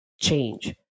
change